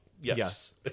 Yes